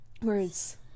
Whereas